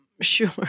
Sure